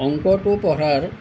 অংকটো পঢ়াৰ